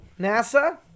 NASA